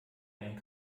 ein